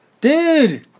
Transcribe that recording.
Dude